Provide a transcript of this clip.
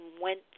went